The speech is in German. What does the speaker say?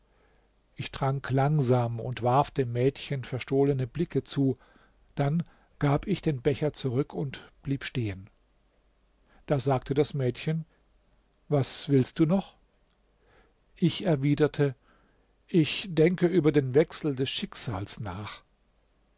ich trank langsam und warf dem mädchen verstohlene blicke zu dann gab ich den becher zurück und blieb stehen da sagte das mädchen was willst du noch ich erwiderte ich denke über den wechsel des schicksals nach